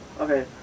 Okay